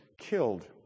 killed